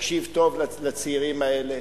תקשיב טוב לצעירים האלה.